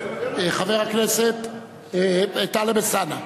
חבר הכנסת טלב אלסאנע.